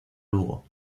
lugo